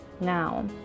now